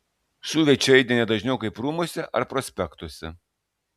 šūviai čia aidi ne dažniau kaip rūmuose ar prospektuose